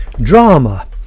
Drama